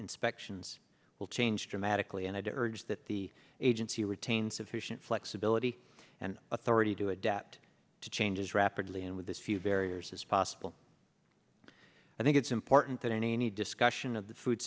inspections will change dramatically and i did urge that the agency retain sufficient flexibility and authority to adapt to changes rapidly and with this few barriers as possible i think it's important that any discussion of the food